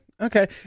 Okay